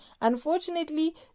Unfortunately